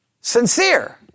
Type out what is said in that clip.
Sincere